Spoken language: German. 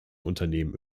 unternehmen